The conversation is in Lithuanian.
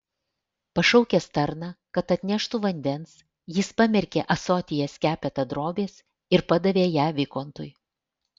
pašaukęs tarną kad atneštų vandens jis pamerkė ąsotyje skepetą drobės ir padavė ją vikontui